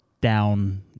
down